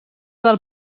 del